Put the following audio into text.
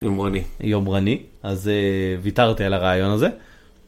יומרני. יומרני, אז ויתרתי על הרעיון הזה.